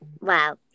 wow